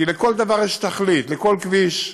כי לכל דבר יש תכלית, לכל כביש,